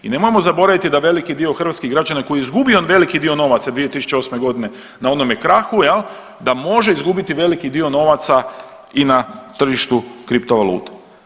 I nemojmo zaboraviti da veliki dio hrvatskih građana koji je izgubio jedan veliki dio novaca 2008.g. na onome krahu da može izgubiti veliki dio novaca i na tržištu kripto valuta.